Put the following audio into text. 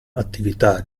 attività